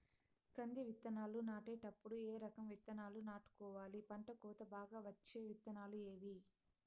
కంది విత్తనాలు నాటేటప్పుడు ఏ రకం విత్తనాలు నాటుకోవాలి, పంట కోత బాగా వచ్చే విత్తనాలు ఏవీ?